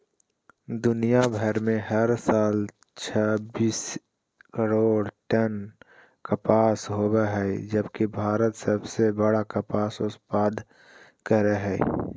दुनियां भर में हर साल छब्बीस करोड़ टन कपास होव हई जबकि भारत सबसे बड़ कपास उत्पादक हई